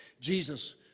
Jesus